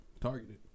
targeted